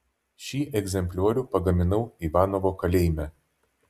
šį egzempliorių pagaminau ivanovo kalėjime